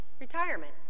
retirement